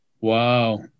Wow